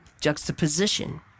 juxtaposition